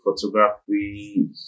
photography